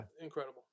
incredible